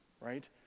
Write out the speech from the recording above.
right